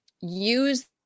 use